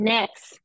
Next